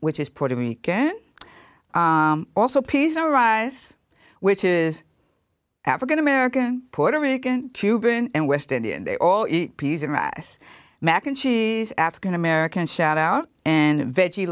which is puerto rican also peas or rise which is african american puerto rican cuban and west indian they all eat peas and rice mac and cheese african american shout out and veggie